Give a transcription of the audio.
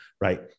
Right